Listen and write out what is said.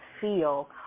feel